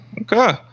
Okay